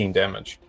damage